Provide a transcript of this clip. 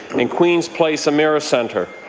and queens place emera centre,